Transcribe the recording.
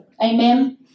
Amen